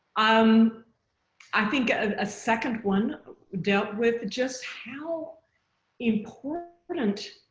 um i think a second one dealt with just how important and